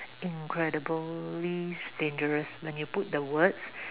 incredibly dangerous when you put the words